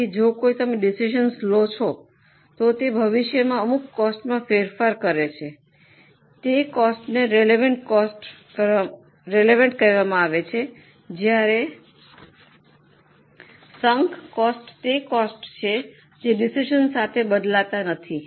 તેથી જો તમે કોઈ ડિસિઝન લો તો તે ભવિષ્યમાં અમુક કોસ્ટમાં ફેરફાર કરે છે તે કોસ્ટને રેલવન્ટ કહેવામાં આવે છે જ્યારે સંક કોસ્ટ તે કોસ્ટ છે જે ડિસિઝન સાથે બદલાતા નથી